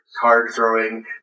card-throwing